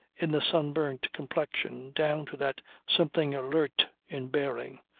in the sunburnt complexion, down to that something alert in bearing.